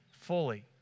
fully